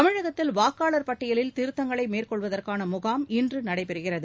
தமிழகத்தில் வாக்னளர் பட்டியலில் திருத்தங்களை மேற்கொள்வதற்கான முகாம் இன்று நடைபெறுகிறது